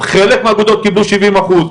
חלק מהאגודות קיבלו שבעים אחוז.